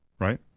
Right